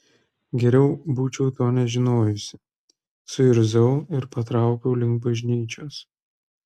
geriau būčiau to nežinojusi suirzau ir patraukiau link bažnyčios